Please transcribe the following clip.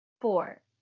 Four